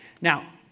Now